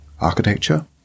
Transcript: architecture